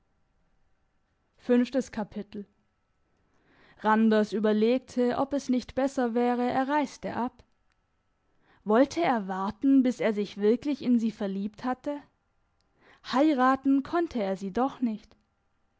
randers überlegte ob es nicht besser wäre er reiste ab wollte er warten bis er sich wirklich in sie verliebt hatte heiraten konnte er sie doch nicht